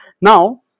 Now